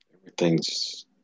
Everything's